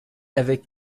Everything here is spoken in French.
avec